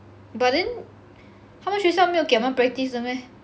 but then 他们学校没有给他们 practice 的 meh